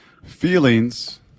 Feelings